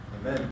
Amen